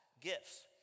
gifts